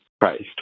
Christ